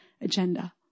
agenda